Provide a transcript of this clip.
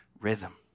rhythm